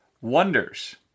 wonders